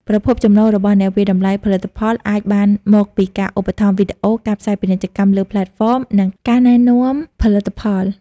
ប្រភពចំណូលរបស់អ្នកវាយតម្លៃផលិតផលអាចបានមកពីការឧបត្ថម្ភវីដេអូ ការផ្សាយពាណិជ្ជកម្មលើផ្លេតហ្វម និងការណែនាំផលិតផល ។